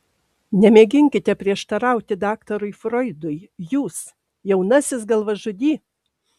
nemėginkite prieštarauti daktarui froidui jūs jaunasis galvažudy